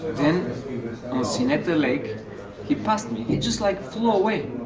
then on sinetta lake he passed me. he just like flew away.